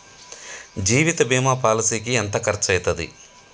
జీవిత బీమా పాలసీకి ఎంత ఖర్చయితది?